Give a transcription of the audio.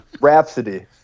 Rhapsody